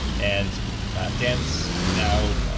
and dan's now.